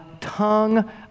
tongue